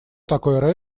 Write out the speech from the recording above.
такой